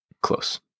close